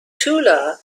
and